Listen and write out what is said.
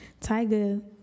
Tyga